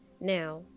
Now